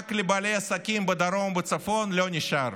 רק לבעלי עסקים בדרום ובצפון לא נשאר.